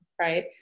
right